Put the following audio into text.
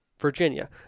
Virginia